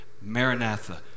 Maranatha